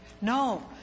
No